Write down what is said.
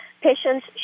Patients